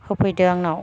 होफैदो आंनाव